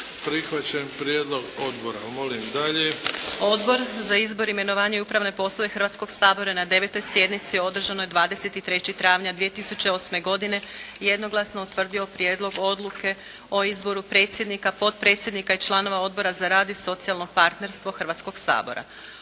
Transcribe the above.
Nevenka (HDZ)** Odbor za izbor, imenovanje i upravne poslove Hrvatskog sabora je na 9. sjednici održanoj 23. travnja 2008. godine jednoglasno utvrdio Prijedlog odluke o izboru predsjednika, potpredsjednika i članova Odbora za prostorno uređenje i graditeljstvo Hrvatskog sabora.